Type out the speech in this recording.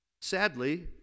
Sadly